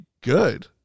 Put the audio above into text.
good